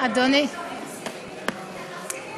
שני הצדדים במגרש הדמוקרטי,